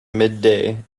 midday